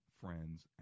friends